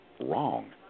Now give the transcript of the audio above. wrong